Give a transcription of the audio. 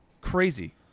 Crazy